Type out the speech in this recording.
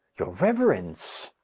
your reverence